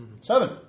Seven